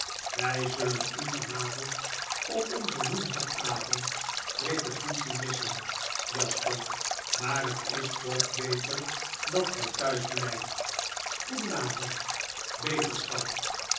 wy zullen u van avond op onze woensdagavond repetitie missen jasper maar het is toch beter dat gy thuis blyft goeden avond beterschap